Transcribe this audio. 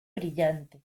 brillante